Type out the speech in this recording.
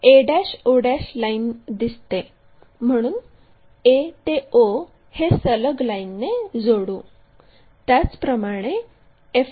a o line दिसते म्हणून a ते o हे सलग लाईनने जोडू